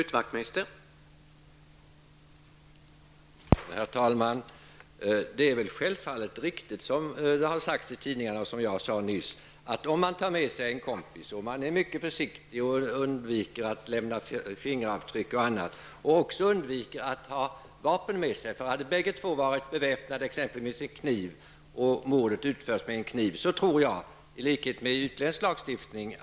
Herr talman! Det är riktigt det som har sagts i tidningarna och som jag sade nyss. Om man tar med sig en kompis och är mycket försiktig och undviker att lämna fingeravtryck och att ha vapen med sig, kan man gå fri. Jag tror att om bägge två hade varit beväpnade med t.ex. knivar och mordet utförts med en kniv hade de kunnat fällas i likhet med utländsk lagstiftning.